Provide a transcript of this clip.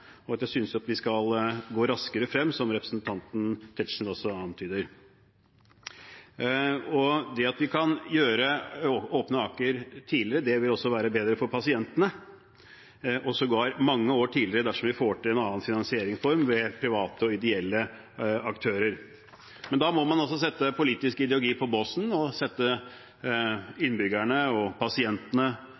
og jeg synes man skal gå raskere frem, som representanten Tetzschner også antyder. Det at vi kan åpne Aker tidligere, og sågar mange år tidligere, dersom vi får til en annen finansieringsform ved private og ideelle aktører, vil også være bedre for pasientene. Men da må man sette politisk ideologi på båsen og innbyggerne og pasientene først. For det vil være innbyggerne og pasientene